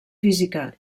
física